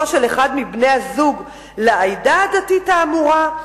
של אחד מבני הזוג לעדה הדתית האמורה,